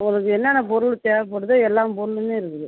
உங்களுக்கு என்னென்ன பொருள் தேவைப்படுதோ எல்லா பொருளுமே இருக்குது